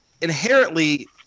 inherently